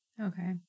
Okay